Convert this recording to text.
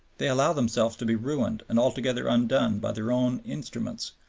they allow themselves to be ruined and altogether undone by their own instruments,